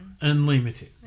Unlimited